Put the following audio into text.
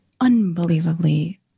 unbelievably